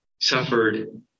suffered